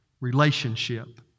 relationship